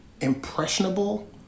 impressionable